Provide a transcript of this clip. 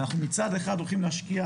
אנחנו מצד אחד הולכים להשקיע,